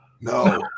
No